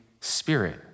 spirit